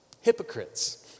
Hypocrites